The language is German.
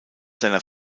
seiner